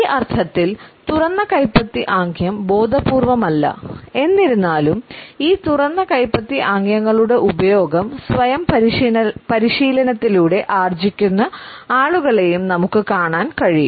ഈ അർത്ഥത്തിൽ തുറന്ന കൈപ്പത്തി ആംഗ്യം ബോധപൂർവം അല്ല എന്നിരുന്നാലും ഈ തുറന്ന കൈപ്പത്തി ആംഗ്യങ്ങളുടെ ഉപയോഗം സ്വയം പരിശീലനത്തിലൂടെ ആർജ്ജിക്കുന്ന ആളുകളെയും നമുക്കു കാണാൻ കഴിയും